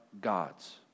God's